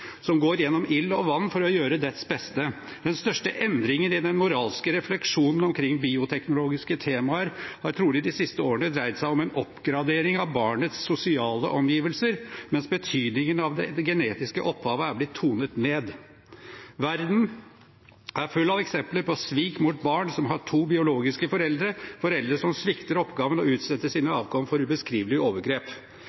som går gjennom ild og vann for å gjøre dets beste. Den største endringen i den moralske refleksjonen omkring bioteknologiske temaer har trolig de siste årene dreid seg om en oppgradering av barnets sosiale omgivelser, mens betydningen av det genetiske opphavet er blitt tonet ned. Verden er full av eksempler på svik mot barn som har to biologiske foreldre, foreldre som svikter oppgaven og utsetter sine